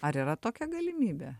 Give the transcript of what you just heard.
ar yra tokia galimybė